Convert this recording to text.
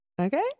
Okay